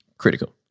critical